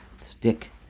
stick